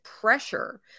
pressure